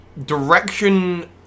direction